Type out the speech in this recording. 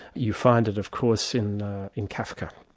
you find it of course in in kafka,